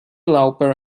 lauper